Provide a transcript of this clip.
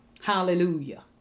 Hallelujah